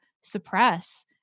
suppress